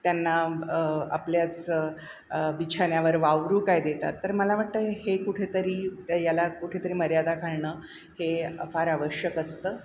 त्यांना आपल्याच बिछान्यावर वावरू काय देतात तर मला वाटतं हे कुठेतरी याला कुठेतरी मर्यादा घालणं हे फार आवश्यक असतं